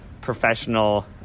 professional